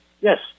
Yes